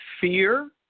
fear